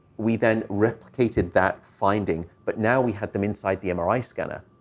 we then replicated that finding, but now we had them inside the mri scanner.